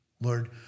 Lord